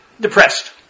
depressed